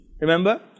Remember